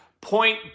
point